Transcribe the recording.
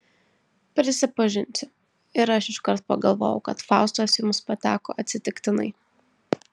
prisipažinsiu ir aš iškart pagalvojau kad faustas jums pateko atsitiktinai